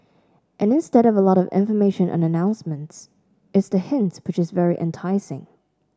and instead of a lot of information on announcements it's the hints which is very enticing